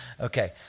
Okay